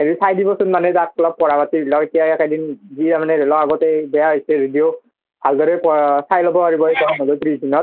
হেৰি চাই দিবচোন মানে তাক মানে অলপ পঢ়া পাতি এইকেইদিন সিহে মানে ধৰি লওক আগতে বেয়া হৈছে যদিও ভালদৰে চাই ল'ব লাগিব